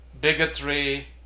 bigotry